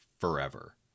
forever